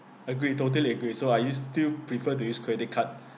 agree totally agree so are you still prefer to use credit card